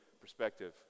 perspective